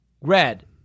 Red